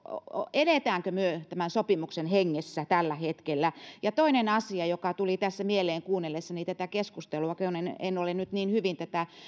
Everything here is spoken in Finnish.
elämmekö me tämän sopimuksen hengessä tällä hetkellä toinen asia joka tuli tässä mieleeni kuunnellessani tätä keskustelua kun en ole nyt niin hyvin tätä